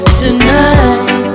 tonight